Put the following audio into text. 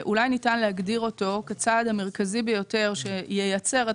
שאולי ניתן להגדיר אותו כצעד המרכזי ביותר שייצר את